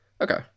Okay